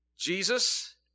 Jesus